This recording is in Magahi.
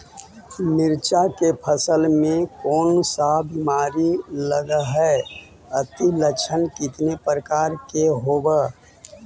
मीरचा के फसल मे कोन सा बीमारी लगहय, अती लक्षण कितने प्रकार के होब?